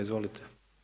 Izvolite.